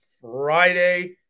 Friday